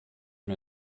mir